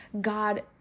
God